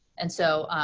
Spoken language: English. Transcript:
and so,